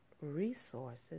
resources